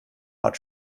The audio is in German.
hat